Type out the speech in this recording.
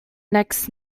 next